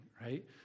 right